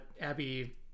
Abby